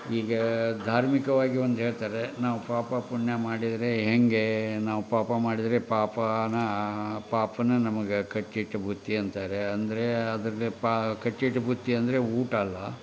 ಈಗ ಧಾರ್ಮಿಕವಾಗಿ ಒಂದು ಹೇಳ್ತಾರೆ ನಾವು ಪಾಪ ಪುಣ್ಯ ಮಾಡಿದರೆ ಹೇಗೆ ನಾವು ಪಾಪ ಮಾಡಿದರೆ ಪಾಪನ ಆ ಪಾಪನ ನಮ್ಗೆ ಕಟ್ಟಿಟ್ಟ ಬುತ್ತಿ ಅಂತಾರೆ ಅಂದರೆ ಅದ್ರ ಪ್ ಕಟ್ಟಿಟ್ಟ ಬುತ್ತಿ ಅಂದರೆ ಊಟ ಅಲ್ಲ